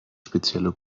spezielle